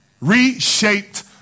reshaped